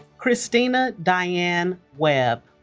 christina diane webb